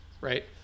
right